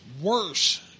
worse